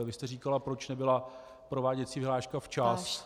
Vy jste říkala, proč nebyla prováděcí vyhláška včas.